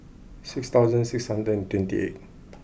six thousand six hundred twenty eight